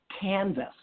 canvas